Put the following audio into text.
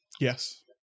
Yes